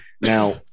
Now